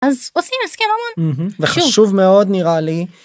עושים הסכם ממון. וחשוב מאוד נראה לי.